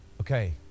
Okay